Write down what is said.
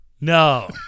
No